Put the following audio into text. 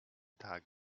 tag